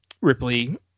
Ripley